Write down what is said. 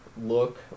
look